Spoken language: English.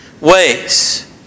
ways